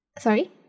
sorry